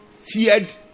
feared